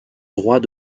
droit